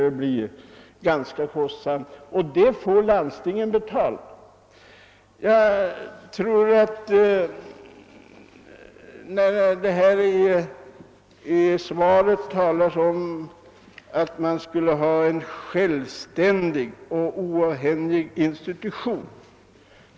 Det blir en kostsam historia som landstingen får betala. I svaret talas det om att det nordiska »institutet skall vara en självständig och oavhängig institution».